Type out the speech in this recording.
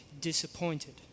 disappointed